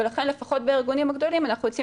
ולכן לפחות בארגונים הגדולים אנחנו יוצאים